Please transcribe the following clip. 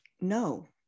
no